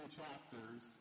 chapters